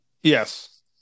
Yes